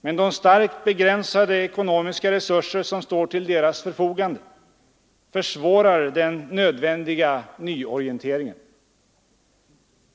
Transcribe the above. Men de starkt begränsade ekonomiska resurser som står till deras förfogande försvårar den nödvändiga nyorienteringen.